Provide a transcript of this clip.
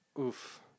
oof